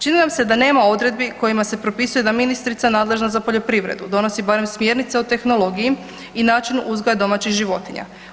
Čini nam se da nema odredbi kojima se propisuje da ministrica nadležna za poljoprivredu donosi barem smjernice o tehnologiji i načinu uzgoja domaćih životinja.